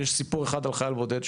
סיפור אחד על חייל בודד,